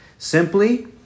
simply